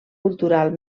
cultural